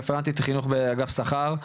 רפרנטית חינוך באגף שכר.